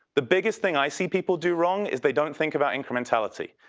the biggest thing i see people do wrong is they dont think about incrementality.